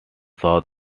south